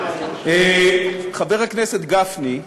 חבר הכנסת גפני,